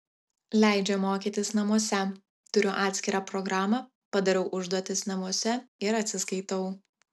leidžia mokytis namuose turiu atskirą programą padarau užduotis namuose ir atsiskaitau